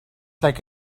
like